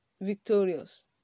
victorious